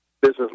business